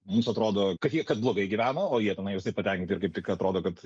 mums atrodo kad jie kad blogai gyvena o jie tenai visai patenkinti ir kaip tik atrodo kad